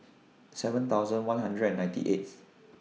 seven thousand one hundred and ninety eighth